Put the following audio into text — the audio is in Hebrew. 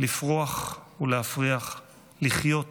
לפרוח ולהפריח, לחיות